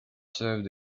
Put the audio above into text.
served